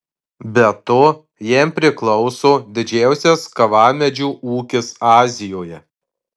be to jam priklauso didžiausias kavamedžių ūkis azijoje